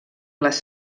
les